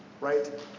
Right